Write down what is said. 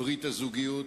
ברית הזוגיות